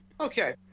Okay